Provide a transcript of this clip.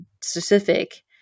specific